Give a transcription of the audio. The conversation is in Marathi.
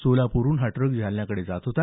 सोलापूरहून हा ट्रक जालन्याकडे जात होता